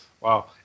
Wow